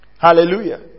Hallelujah